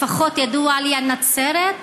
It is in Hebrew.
לפחות ידוע לי על נצרת,